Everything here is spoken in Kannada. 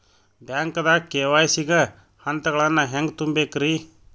ಬ್ಯಾಂಕ್ದಾಗ ಕೆ.ವೈ.ಸಿ ಗ ಹಂತಗಳನ್ನ ಹೆಂಗ್ ತುಂಬೇಕ್ರಿ?